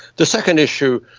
the second issue,